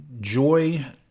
Joy